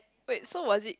wait so was it